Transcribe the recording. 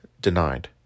denied